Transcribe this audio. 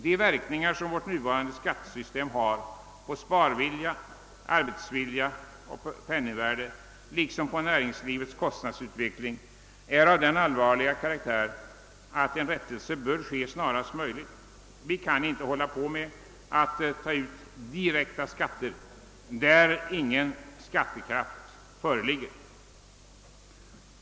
De verkningar som vårt nuvarande skattesystem har på arbetsvilja, sparvilja och penningvärde liksom på näringslivets kostnadsutveckling är av den allvarliga karaktären att rättelse bör ske snarast möjligt. Vi kan inte hålla på med att uttaga direkta skatter där ingen skattekraft föreligger.